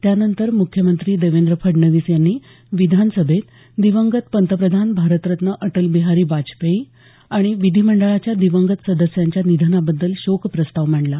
त्यानंतर मुख्यमंत्री देवेंद्र फडणवीस यांनी विधानसभेत दिवंगत पंतप्रधान भारतरत्न अटलबिहारी वाजपेयी आणि विधीमंडळाच्या दिवंगत सदस्यांच्या निधनाबद्दल शोकप्रस्ताव मांडला